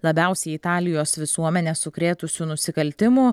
labiausiai italijos visuomenę sukrėtusių nusikaltimų